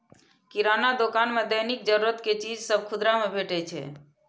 किराना दोकान मे दैनिक जरूरत के चीज सभ खुदरा मे भेटै छै